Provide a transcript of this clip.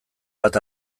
bat